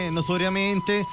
notoriamente